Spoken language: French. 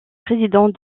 président